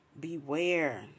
beware